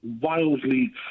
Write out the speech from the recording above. wildly